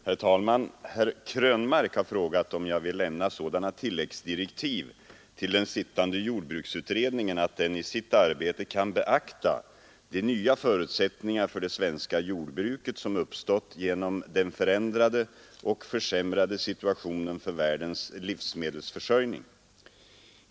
Herr talman! Herr Krönmark har frågat om jag vill lämna sådana tilläggsdirektiv till den sittande jordbruksutredningen att den i sitt arbete kan beakta de nya förutsättningar för det svenska jordbruket som uppstått genom den förändrade och försämrade situationen för världens livsmedelsförsörjning.